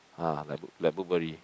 ah like like